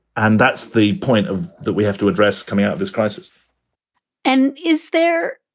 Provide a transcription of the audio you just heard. and that's the point of that we have to address coming out of this crisis and is there.